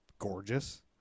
Gorgeous